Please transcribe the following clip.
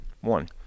One